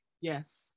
Yes